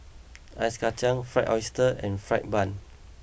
Ice Kachang Fried Oyster And Fried Bun